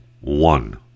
one